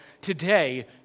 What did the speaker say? today